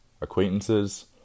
Acquaintances